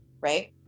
Right